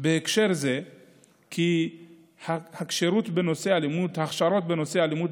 בהקשר זה כי הכשרות בנושא אלימות במשפחה